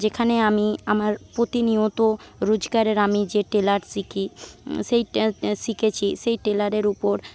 যেখানে আমি আমার প্রতিনিয়ত রোজকারের আমি যে টেলার শিখি সেই টে টে শিখেছি সেই টেলারের উপর